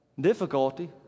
difficulty